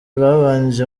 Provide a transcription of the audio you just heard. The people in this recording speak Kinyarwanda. babanje